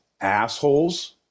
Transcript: assholes